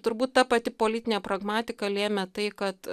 turbūt ta pati politinė pragmatika lėmė tai kad